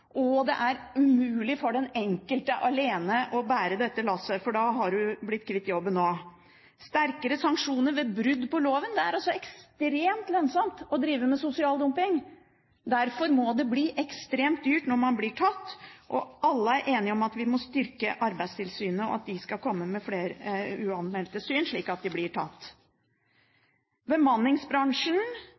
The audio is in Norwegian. Det er umulig for den enkelte alene å bære dette lasset, for da har en «blitt kvitt» jobben også. Sterkere sanksjoner ved brudd på loven – det er ekstremt lønnsomt å drive med sosial dumping, og derfor må det bli ekstremt dyrt hvis man blir tatt. Alle er enige om at vi må styrke Arbeidstilsynet, og at de skal komme med flere uanmeldte tilsyn, slik at de blir tatt. Bemanningsbransjen,